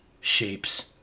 shapes